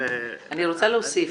אני רוצה להוסיף.